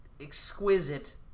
exquisite